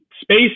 space